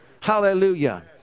Hallelujah